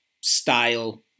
style